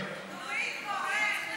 נורית קורן.